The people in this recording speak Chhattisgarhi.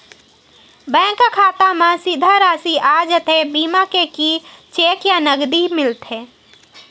बैंक खाता मा सीधा राशि आ जाथे बीमा के कि चेक या नकदी मिलथे?